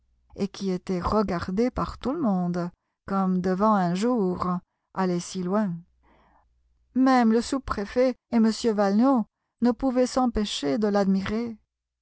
et qui était regardé par tout le monde comme devant un jour aller si loin même le sous-préfet et m valenod ne pouvaient s'empêcher de l'admirer